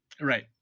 Right